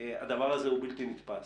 הדבר הזה הוא בלתי נתפס.